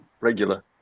regular